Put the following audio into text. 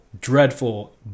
dreadful